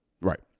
Right